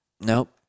Nope